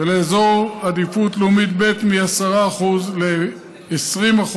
ולאזור עדיפות לאומית ב' מ-10% ל-20%,